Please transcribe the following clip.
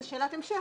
זו שאלת המשך,